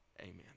amen